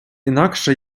інакше